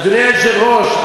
אדוני היושב-ראש,